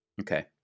Okay